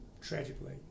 tragically